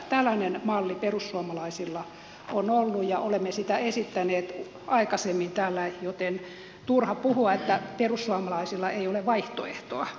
tällainen malli perussuomalaisilla on ollut ja olemme sitä esittäneet aikaisemmin täällä joten turha puhua että perussuomalaisilla ei ole vaihtoehtoa